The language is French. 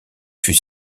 fut